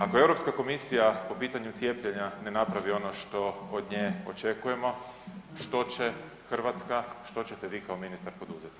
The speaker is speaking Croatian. Ako Europska komisija po pitanju cijepljenja ne napravi ono što od nje očekujemo, što će Hrvatska, što ćete vi kao ministar poduzeti?